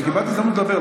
קיבלת הזדמנות לדבר,